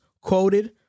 quoted